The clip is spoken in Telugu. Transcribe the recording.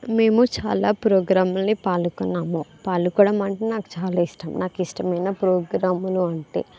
మేము చాలా ప్రోగ్రామ్ లని పాల్కొన్నాము పాలుకోవడం అంటే నాకు చాలా ఇష్టం నాకిష్టమైన ప్రోగ్రామ్లు అంటే